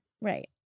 right